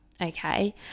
okay